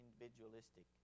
individualistic